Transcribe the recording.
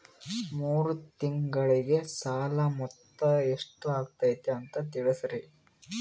ಮೂರು ತಿಂಗಳಗೆ ಸಾಲ ಮೊತ್ತ ಎಷ್ಟು ಆಗೈತಿ ಅಂತ ತಿಳಸತಿರಿ?